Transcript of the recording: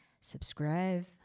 subscribe